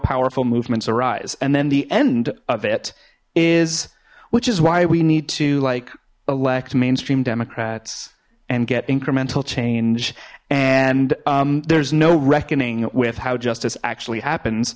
powerful movements arise and then the end of it is which is why we need to like elect mainstream democrats and get incremental change and there's no reckoning with how justice actually happens